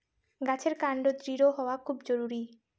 গাছের কান্ড দৃঢ় হওয়া খুব জরুরি